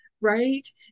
right